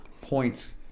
points